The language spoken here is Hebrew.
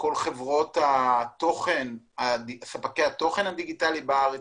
כל ספקי התוכן הדיגיטלי בארץ,